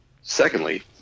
Secondly